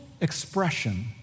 expression